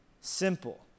Simple